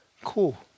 cool